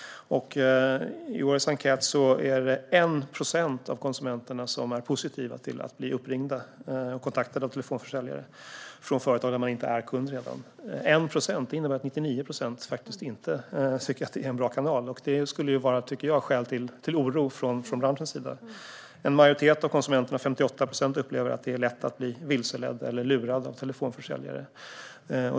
I årets enkät är det 1 procent av konsumenterna som är positiva till att bli kontaktade av telefonförsäljare från företag där de inte redan är kunder. 1 procent innebär att 99 procent faktiskt inte tycker att det är en bra kanal. Det borde vara, tycker jag, skäl till oro från branschens sida. En majoritet av konsumenterna, 58 procent, upplever att det är lätt att bli vilseledd eller lurad av telefonförsäljare.